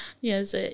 Yes